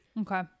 Okay